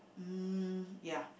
um yeah